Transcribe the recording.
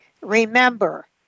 Remember